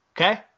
Okay